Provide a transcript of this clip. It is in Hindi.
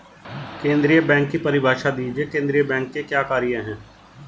केंद्रीय बैंक की परिभाषा दीजिए केंद्रीय बैंक के क्या कार्य हैं?